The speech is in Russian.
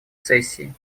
сессии